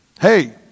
Hey